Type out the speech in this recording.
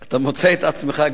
המליאה ריקה,